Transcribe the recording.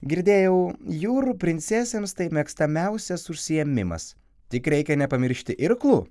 girdėjau jūrų princesėms tai mėgstamiausias užsiėmimas tik reikia nepamiršti irklų